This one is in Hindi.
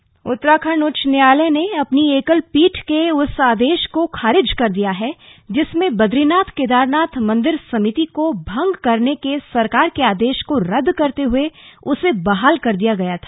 आदेश उत्तराखंड उच्च न्यायालय ने अपनी एकल पीठ के उस आदेश को खारिज कर दिया है जिसमें बद्रीनाथ केदारनाथ मंदिर समिति को भंग करने के सरकार के आदेश को रद्द करते हुए उसे बहाल कर दिया गया था